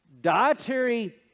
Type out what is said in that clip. dietary